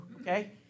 okay